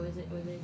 don't know